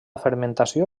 fermentació